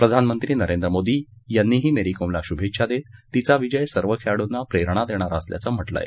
प्रधानमंत्री नरेंद्र मोदी यांनी मेरी कोमला शुभेच्छा देत तिचा विजय सर्व खेळाडूंना प्रेरणा देणारा असल्याचं म्हटलं आहे